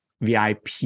VIP